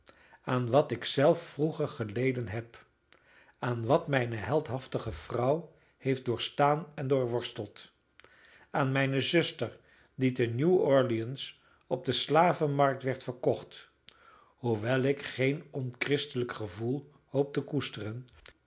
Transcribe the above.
aan wat ik zelf vroeger geleden heb aan wat mijne heldhaftige vrouw heeft doorstaan en doorworsteld aan mijne zuster die te new-orleans op de slavenmarkt werd verkocht hoewel ik geen onchristelijk gevoel hoop te koesteren